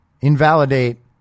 invalidate